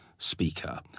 Speaker